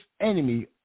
enemy